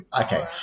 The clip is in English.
Okay